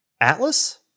Atlas